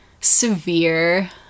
severe